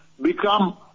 become